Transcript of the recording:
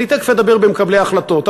אני תכף אדבר על מקבלי החלטות,